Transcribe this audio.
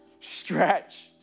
Stretch